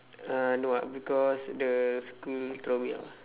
uh no ah because the school throw me out ah